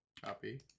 copy